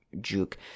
Juke